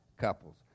couples